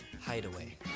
Hideaway